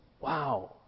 Wow